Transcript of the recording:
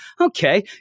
okay